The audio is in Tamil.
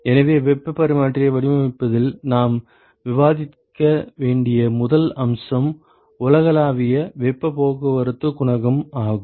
எனவே வெப்பப் பரிமாற்றியை வடிவமைப்பதில் நாம் விவாதிக்க வேண்டிய முதல் அம்சம் உலகளாவிய வெப்பப் போக்குவரத்து குணகம் ஆகும்